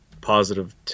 positive